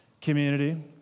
community